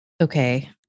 Okay